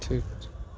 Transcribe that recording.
ठीक छै